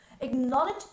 acknowledge